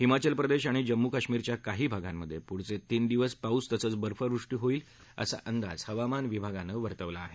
हिमाचल प्रदेश आणि जम्मू कश्मीरच्या काही भागांमध्ये पुढचे तीन दिवस पाऊस तसंच बर्फवृष्टी होईल असा अंदाज हवामान विभागानं वर्तवला आहे